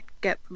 get